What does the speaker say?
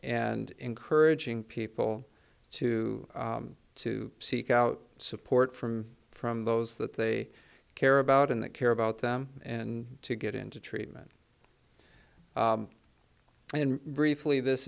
and encouraging people to to seek out support from from those that they care about and that care about them and to get into treatment and briefly this